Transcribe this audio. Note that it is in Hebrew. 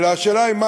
אלא השאלה היא מה